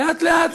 לאט-לאט,